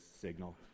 signal